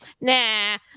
Nah